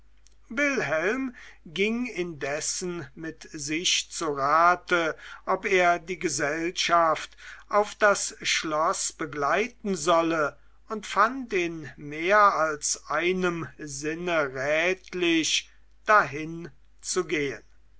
wilhelm ging indessen mit sich zu rate ob er die gesellschaft auf das schloß begleiten solle und fand in mehr als einem sinne rätlich dahin zu gehen